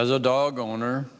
as a dog owner